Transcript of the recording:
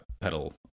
pedal